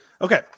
Okay